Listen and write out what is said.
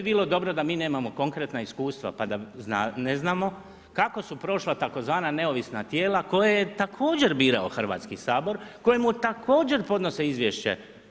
Sve bi bilo dobro da mi nemamo konkretna iskustva pa da ne znamo kako su prošla tzv. neovisna tijela koje je također birao Hrvatski sabor, kojemu također podnose izvješće.